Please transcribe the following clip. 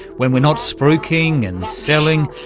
when we're not spruiking and selling,